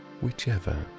whichever